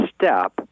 step